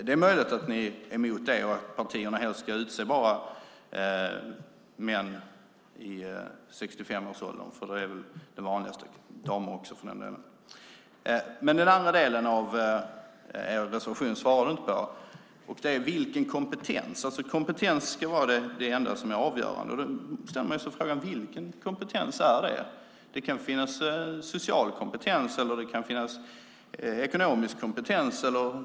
Det är möjligt att ni är emot det och att partierna ska utse bara män i 65-årsåldern, som väl är det vanligaste - och damer också, för den delen - men du svarade inte på min fråga om vilken kompetens ni vill att nämndemännen ska ha. Ni skriver att kompetens ska vara det enda som är avgörande. Jag ställer mig frågan: Vilken kompetens är det? Det kan finnas social kompetens, ekonomisk kompetens och så vidare.